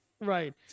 Right